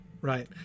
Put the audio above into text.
Right